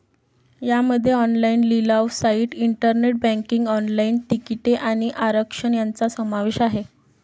यामध्ये ऑनलाइन लिलाव site, internet banking, online तिकिटे आणि आरक्षण यांचा समावेश आहे